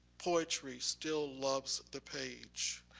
poetry still loves the page.